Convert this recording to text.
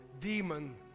demon